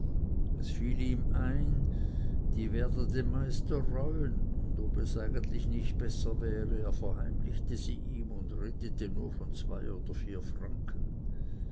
es fiel ihm ein die werde den meister reuen und ob es eigentlich nicht besser wäre er verheimlichte sie ihm und redete nur von zwei oder vier franken